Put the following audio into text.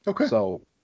Okay